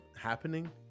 happening